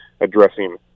addressing